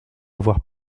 avoir